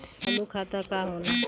चालू खाता का होला?